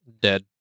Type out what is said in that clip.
Dead